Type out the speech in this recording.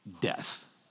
death